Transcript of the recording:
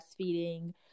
breastfeeding